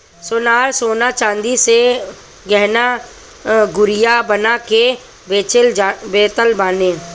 सोनार सोना चांदी से गहना गुरिया बना के बेचत बाने